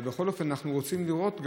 אבל בכל אופן אנחנו רוצים לראות,